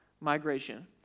migration